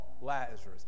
lazarus